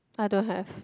I don't have